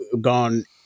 gone